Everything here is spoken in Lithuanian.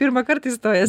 pirmą kartą įstojęs